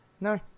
No